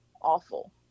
awful